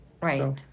Right